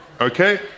okay